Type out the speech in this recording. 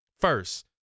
first